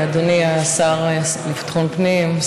אדוני השר לביטחון פנים,